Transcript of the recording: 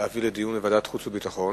להעביר לדיון בוועדת החוץ והביטחון.